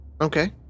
okay